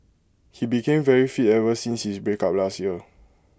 he became very fit ever since his breakup last year